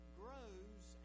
grows